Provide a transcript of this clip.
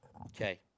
Okay